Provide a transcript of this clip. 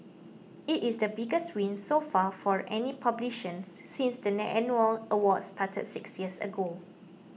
it is the biggest win so far for any since the annual awards started six years ago